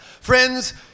Friends